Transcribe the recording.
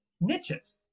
niches